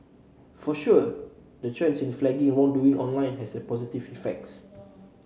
for sure the trend in flagging wrongdoing online has had positive effects